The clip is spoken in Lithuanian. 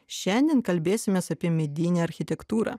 šiandien kalbėsimės apie medinę architektūrą